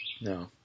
No